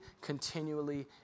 continually